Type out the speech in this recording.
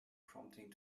prompting